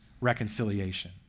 reconciliation